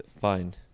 fine